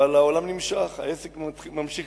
אבל העולם נמשך, העסק ממשיך